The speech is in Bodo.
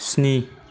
स्नि